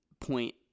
point